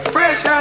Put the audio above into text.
Fresh